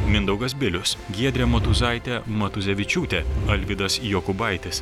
mindaugas bilius giedrė motuzaitė matuzevičiūtė alvydas jokubaitis